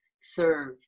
serve